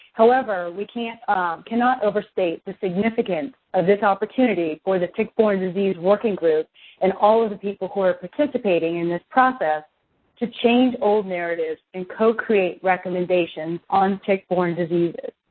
however, we cannot cannot overstate the significance of this opportunity for the tick-borne disease working group and all of the people who are participating in this process to change old narratives and co-create recommendations on tick-borne diseases.